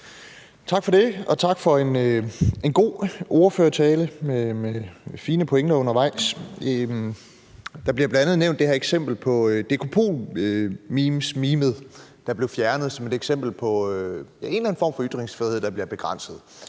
Tak for det, og tak for en god ordførertale med fine pointer undervejs. Der bliver bl.a. nævnt det her eksempel med Dkpolmemet, der blev fjernet, som et eksempel på en eller anden form for ytringsfrihed, der bliver begrænset.